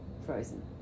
frozen